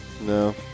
no